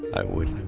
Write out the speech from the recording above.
i would.